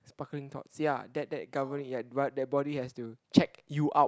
sparkling thoughts ya that that governing but that body has to check you out